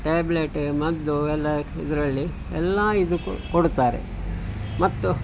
tablet ಮದ್ದು ಎಲ್ಲಾ ಇದರಲ್ಲಿ ಎಲ್ಲ ಇದಕ್ಕು ಕೊಡುತ್ತಾರೆ ಮತ್ತು